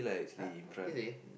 !huh! really